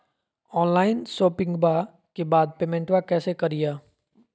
Online शोपिंग्बा के बाद पेमेंटबा कैसे करीय?